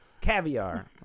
Caviar